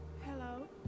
Hello